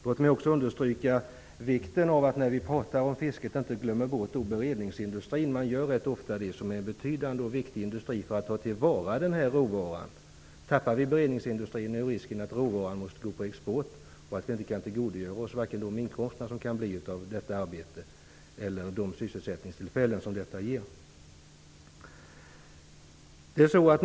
Låt mig också understryka vikten av att när vi pratar om fisket inte glömma bort beredningsindustrin -- man gör rätt ofta det -- som är en betydande och viktig industri för att ta till vara råvaran. Tappar vi beredningsindustrin, är risken att råvaran måste gå på export och att vi inte kan tillgodogöra oss vare sig de inkomster som kan komma av detta arbete eller de sysselsättningstillfällen som detta ger.